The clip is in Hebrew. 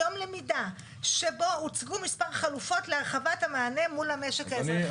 למידה שבו הוצגו מספר חלופות להרחבת המענה מול המשק האזרחי.